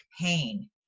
pain